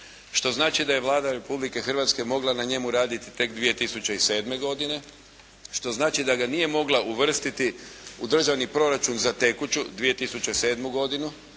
što znači da je Vlada Republike Hrvatske mogla na njemu raditi tek 2007. godine, što znači da ga nije mogla uvrstiti u Državni proračun za tekuću 2007. godinu